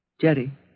Jerry